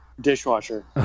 dishwasher